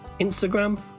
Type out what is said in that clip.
Instagram